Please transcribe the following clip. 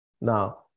now